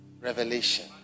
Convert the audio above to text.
Revelation